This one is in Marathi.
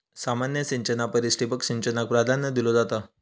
सामान्य सिंचना परिस ठिबक सिंचनाक प्राधान्य दिलो जाता